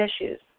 issues